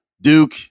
Duke